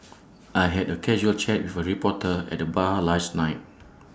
I had A casual chat with A reporter at the bar last night